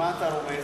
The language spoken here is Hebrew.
למה אתה רומז?